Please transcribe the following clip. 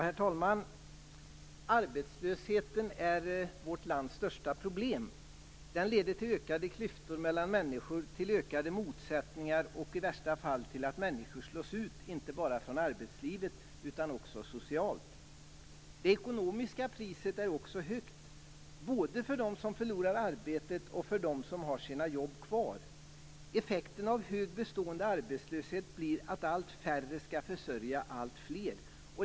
Herr talman! Arbetslösheten är vårt lands största problem. Den leder till ökade klyftor mellan människor, till ökade motsättningar och i värsta fall till att människor slås ut, inte bara från arbetslivet utan också socialt. Det ekonomiska priset är också högt, både för dem som förlorar arbetet och för dem som har sina jobb kvar. Effekten av hög, bestående arbetslöshet blir att allt färre skall försörja allt fler.